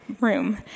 room